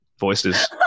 voices